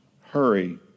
Hurry